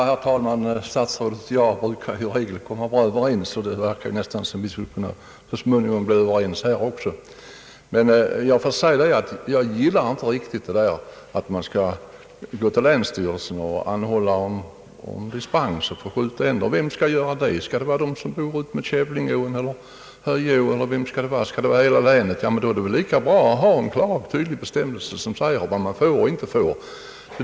Herr talman! Statsrådet och jag brukar komma bra överens, och det verkar som om vi så småningom skulle kunna bli ense också i den här frågan. Jag gillar emellertid inte riktigt att man skall begära dispens hos länsstyrelsen för att få skjuta änder. Vem skall göra det? är det de som bor utmed Kävlingeån eller Höje å, eller skall det gälla hela länet? Då är det väl lika bra att ha en klar och tydlig bestämmelse som säger vad man får och inte får.